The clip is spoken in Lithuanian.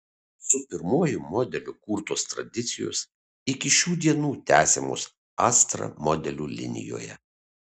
su pirmuoju modeliu kurtos tradicijos iki šių dienų tęsiamos astra modelių linijoje